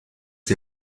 die